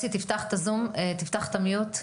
התושב הזה, שהוא תושב שלי, משלם מיסים למדינה,